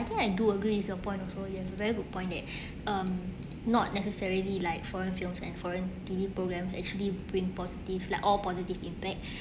I think I do agree with your point also you have a very good point that um not necessarily like foreign films and foreign T_V programs actually bring positive like all positive impact